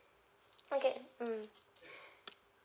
okay mm